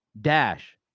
dash